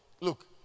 Look